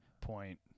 point